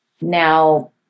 Now